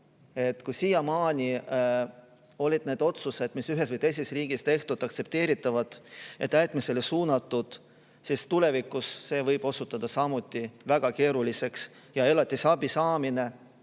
Kui siiamaani olid need otsused, mis ühes või teises riigis tehtud, aktsepteeritavad ja täitmisele suunatud, siis tulevikus võib see samuti osutuda väga keeruliseks. Ja elatisabi saamine